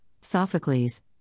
Sophocles